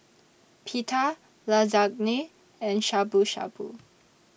Pita Lasagne and Shabu Shabu